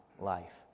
life